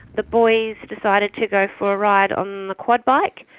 the boys decided to go for a ride on the quad bike.